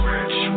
Rich